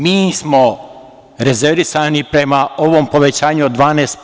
Mi smo rezervisani prema ovom povećanju od 12%